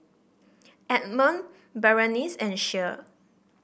Edmund Berenice and Shea